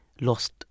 lost